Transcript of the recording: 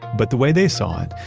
but the way they saw it,